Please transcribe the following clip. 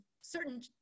certain